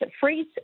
freeze